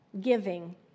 giving